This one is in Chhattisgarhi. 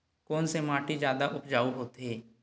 कोन से माटी जादा उपजाऊ होथे?